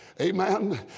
Amen